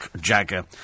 Jagger